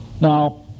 Now